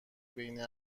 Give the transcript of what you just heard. بین